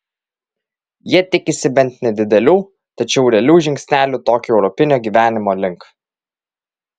jie tikisi bent nedidelių tačiau realių žingsnelių tokio europinio gyvenimo link